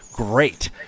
great